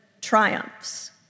triumphs